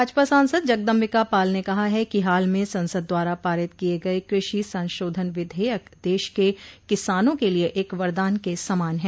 भाजपा सांसद जगदम्बिका पाल ने कहा है कि हाल में संसद द्वारा पारित किये गये कृषि संशोधन विधेयक देश के किसानों के लिये एक वरदान के समान है